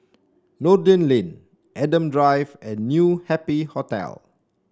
Noordin Lane Adam Drive and New Happy Hotel